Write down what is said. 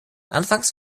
anfangs